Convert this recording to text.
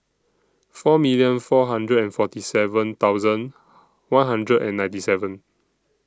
four million four hundred and forty seven thousand one hundred and ninety seven